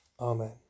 Amen